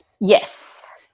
yes